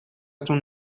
تون